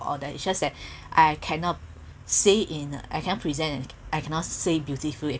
or that it's just that I cannot say in a I can't present in I cannot say beautifully